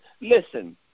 listen